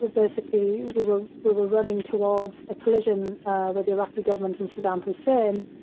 but basically, we were, we were running towards a collision with the iraqi government and saddam hussein.